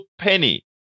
penny